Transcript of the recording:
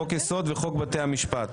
חוק יסוד וחוק בתי המשפט,